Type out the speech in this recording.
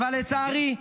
לצערי,